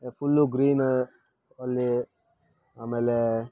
full green ಅಲ್ಲಿ ಆಮೇಲೆ